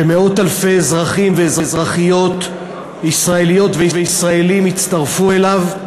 שמאות אלפי אזרחים ואזרחיות ישראליות וישראלים הצטרפו אליו.